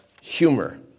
humor